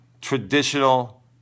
traditional